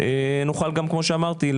נוכל גם כמו שאמרתי,